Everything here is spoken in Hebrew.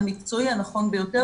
המקצועי הנכון ביותר,